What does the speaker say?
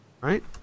Right